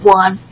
one